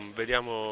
vediamo